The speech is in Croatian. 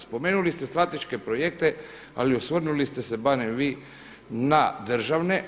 Spomenuli ste strateške projekte ali osvrnuli ste se barem vi na državne.